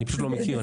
אני פשוט לא מכיר.